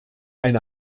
eine